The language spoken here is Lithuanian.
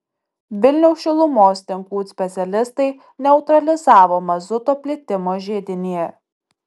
vilniaus šilumos tinklų specialistai neutralizavo mazuto plitimo židinį